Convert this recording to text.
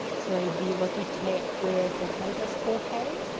so the logitech brio four k does four k.